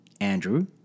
Andrew